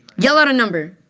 yell out a number.